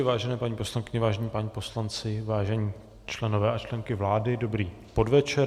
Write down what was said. Vážené paní poslankyně, vážení páni poslanci, vážení členové a členky vlády, dobrý podvečer.